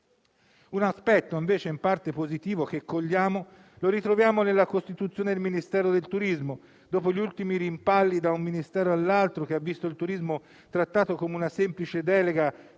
Un aspetto invece in parte positivo lo ritroviamo nella costituzione del Ministero del turismo. Dopo gli ultimi rimpalli da un Ministero all'altro, che ha visto il turismo trattato come una semplice delega